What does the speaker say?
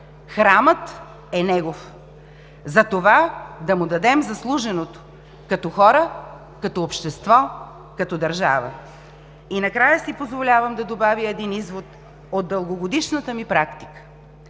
Храмът е негов, затова да му дадем заслуженото като хора, като общество, като държава!“ И накрая си позволявам да добавя един извод от дългогодишната ми практика.